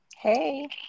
Hey